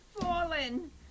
fallen